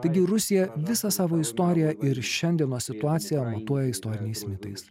taigi rusija visą savo istoriją ir šiandienos situaciją matuoja istoriniais mitais